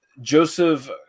Joseph